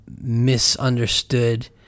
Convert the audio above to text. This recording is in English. misunderstood